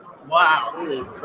Wow